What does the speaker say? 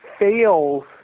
fails